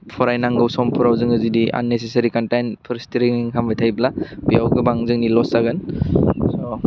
फरायनांगौ समफोराव जोङो जुदि आननेसासारि कनटेनफोर स्टरिं खालामबाय थायोब्ला बेयाव गोबां जोंनि लस जागोन स'